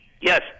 Yes